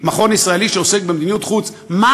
מכון ישראלי שעוסק במדיניות חוץ: מה